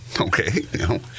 Okay